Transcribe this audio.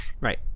right